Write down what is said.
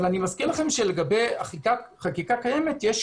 אבל אני מזכיר לכם שלגבי חקיקה קיימת יש,